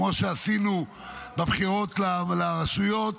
כמו שעשינו בבחירות לרשויות,